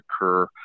occur